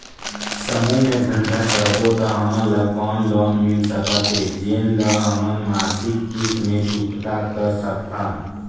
समूह मे धंधा करबो त हमन ल कौन लोन मिल सकत हे, जेन ल हमन मासिक किस्त मे चुकता कर सकथन?